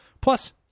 Plus